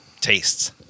tastes